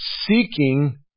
seeking